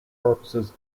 purposes